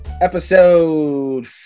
episode